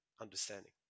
understanding